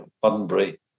bunbury